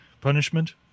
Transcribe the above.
punishment